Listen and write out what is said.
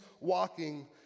walking